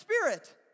spirit